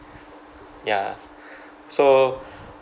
ya so